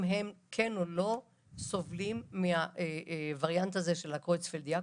הם סובלים או לא מהווריאנט של קרויצפלד יעקב.